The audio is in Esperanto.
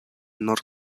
nord